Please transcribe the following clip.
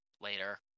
Later